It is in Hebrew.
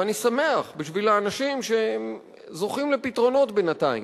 ואני שמח בשביל האנשים שזוכים לפתרונות בינתיים.